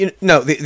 No